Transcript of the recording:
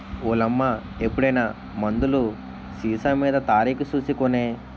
ఓలమ్మా ఎప్పుడైనా మందులు సీసామీద తారీకు సూసి కొనే